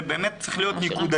זה באמת צריך להיות נקודתי.